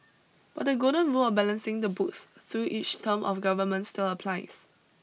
but the golden rule of balancing the books through each term of government still applies